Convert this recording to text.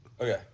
Okay